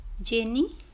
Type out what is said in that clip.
Jenny